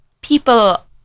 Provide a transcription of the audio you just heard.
people